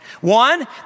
One